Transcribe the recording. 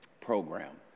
program